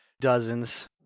Dozens